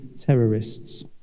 terrorists